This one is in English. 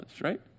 right